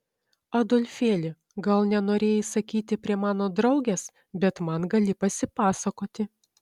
adolfėli gal nenorėjai sakyti prie mano draugės bet man gali pasipasakoti